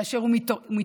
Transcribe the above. כאשר הוא מתערער,